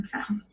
Okay